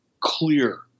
clear